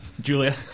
Julia